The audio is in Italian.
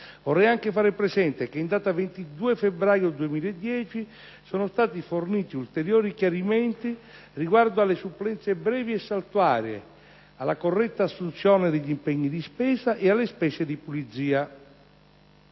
Vorrei anche far presente che in data 22 febbraio 2010 sono stati forniti ulteriori chiarimenti riguardo alle supplenze brevi e saltuarie, alla corretta assunzione degli impegni di spesa e alle spese di pulizia.